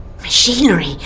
Machinery